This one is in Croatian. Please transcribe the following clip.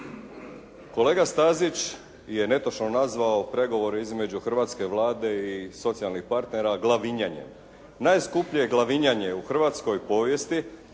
kolega Stazić je netočno nazvao pregovore između hrvatske Vlade i socijalnih partnera "glavinjanje", najskuplje "glavinjanje" u hrvatskoj povijesti